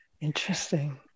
Interesting